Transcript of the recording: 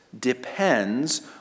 depends